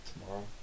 tomorrow